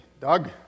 Doug